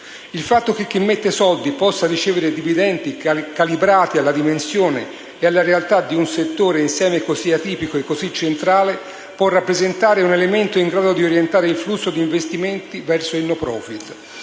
Il fatto che chi mette soldi possa ricevere dividendi calibrati alla dimensione e alla realtà di un settore, insieme così atipico e così centrale, può rappresentare un elemento in grado di orientare il flusso di investimenti verso il *no profit*